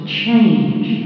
change